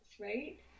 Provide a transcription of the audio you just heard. right